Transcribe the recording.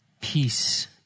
Peace